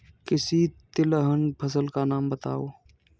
किसी तिलहन फसल का नाम बताओ